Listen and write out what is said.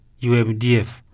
UMDF